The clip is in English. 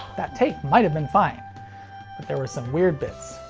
that take might have been fine, but there were some weird bits.